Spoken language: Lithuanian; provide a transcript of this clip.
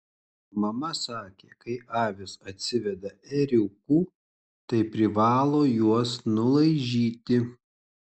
mama sakė kai avys atsiveda ėriukų tai privalo juos nulaižyti